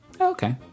Okay